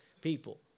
people